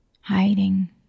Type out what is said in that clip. hiding